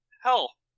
Hell